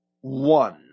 one